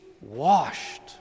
washed